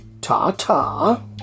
ta-ta